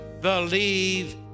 believe